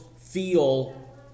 feel